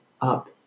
up